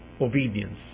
obedience